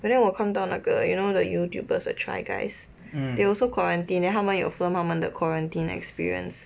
but then 我看到那个 you know that youtube there's a try guys they also quarantine 他们有 film the quarantine experience